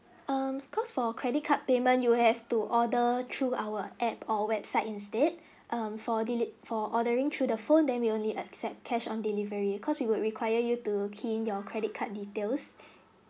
um cause for credit card payments you have to order through our app or website instead um for delete for ordering through the phone then we only accept cash on delivery cause we would require you to key in your credit card details